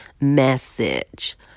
message